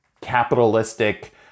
capitalistic